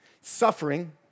Suffering